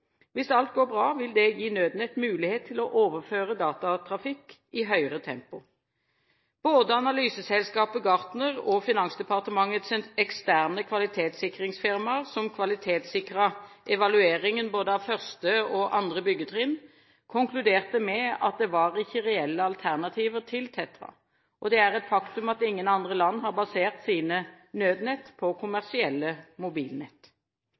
Hvis alt går bra, vil det gi Nødnett mulighet til å overføre datatrafikk i høyere tempo. Både analyseselskapet Gartner og Finansdepartementets eksterne kvalitetssikringsfirmaer som kvalitetssikret evalueringen både av første og annet byggetrinn, konkluderte med at det ikke var reelle alternativer til TETRA. Og det er et faktum at ingen andre land har basert sine nødnett på kommersielle mobilnett.